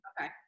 Okay